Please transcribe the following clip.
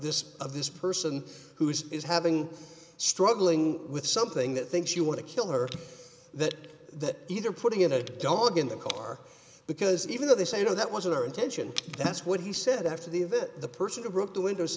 this of this person who's is having struggling with something that thinks you want to kill her that either putting in a dog in the car because even though they say no that wasn't our intention that's what he said after the event the person who broke the window